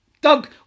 Doug